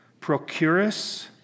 Procurus